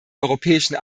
europäischen